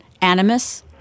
animus